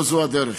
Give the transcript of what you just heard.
לא זו הדרך.